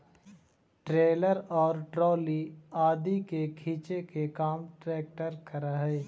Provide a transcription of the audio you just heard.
trailer और trolley आदि के खींचे के काम ट्रेक्टर करऽ हई